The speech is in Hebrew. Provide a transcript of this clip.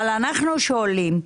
אבל אנו שואלים,